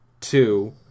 Two